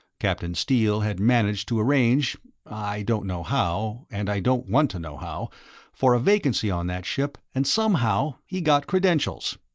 captain steele had managed to arrange i don't know how, and i don't want to know how for a vacancy on that ship, and somehow he got credentials.